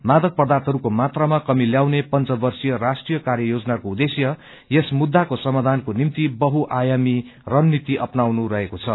मादक पर्दाथहरूको मात्रामा कमी ल्खाउने पंचवध्रीय राष्ट्रिय कार्ययोजनाको उद्देश्य यस मुद्दााको सामाधानको निम्ति बहुआयामी रणनीति अप्नाउनु रहेको छ